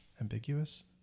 ambiguous